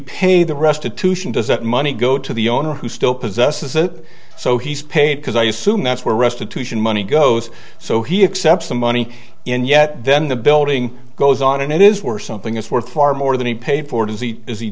pay the restitution does that money go to the owner who still possesses it so he's paid because i assume that's where restitution money goes so he accepts the money and yet then the building goes on and it is for something that's worth far more than he paid for does he